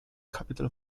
capital